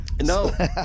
no